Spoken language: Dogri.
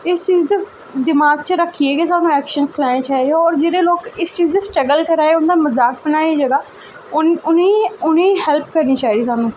इस चीज गी दमाक च रक्खियै गै ऐक्शन लैने चाहिदा और जेह्ड़े लोग इस चीज च स्ट्रगल करा दे उं'दा मजाक बनाया गेदा उ'नें गी हैल्प करनी चाहिदा सानू